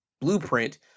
blueprint